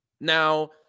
Now